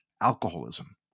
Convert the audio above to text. alcoholism